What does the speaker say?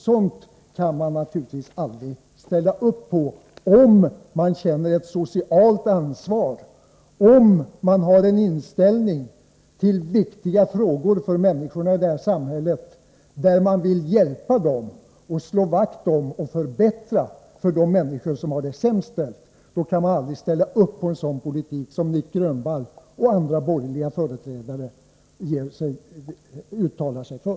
Sådant kan man naturligtvis aldrig ställa upp på om man känner ett socialt ansvar och om man har den inställningen till viktiga frågor för människorna i det här samhället att man vill hjälpa dem och slå vakt om och förbättra för dem som har det sämst ställt. Då kan man aldrig ställa upp för en sådan politik som Nic Grönvall och andra borgerliga företrädare uttalar sig för.